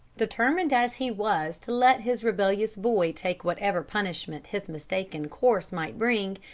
determined as he was to let his rebellious boy take whatever punishment his mistaken course might bring,